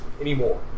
anymore